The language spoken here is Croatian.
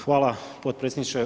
Hvala podpredsjedniče.